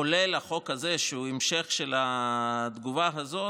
כולל החוק הזה, שהוא המשך של התגובה הזאת,